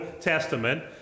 Testament